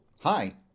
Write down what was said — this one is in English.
Hi